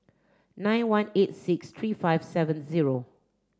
nine one eight six three five seven zero